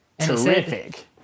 terrific